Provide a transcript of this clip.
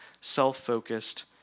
self-focused